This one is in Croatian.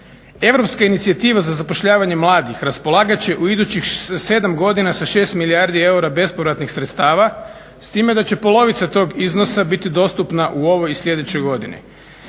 Europska inicijativa za zapošljavanje mladih raspolagat će u idućih 7 godina sa 6 milijardi eura bespovratnih sredstava s time da će polovica tog iznosa biti dostupna u ovoj sljedećoj godini.